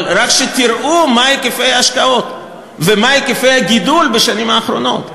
אבל רק שתראו מה היקפי ההשקעות ומה היקפי הגידול בשנים האחרונות.